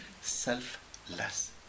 selfless